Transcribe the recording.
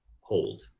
hold